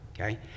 Okay